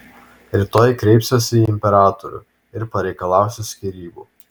rytoj kreipsiuosi į imperatorių ir pareikalausiu skyrybų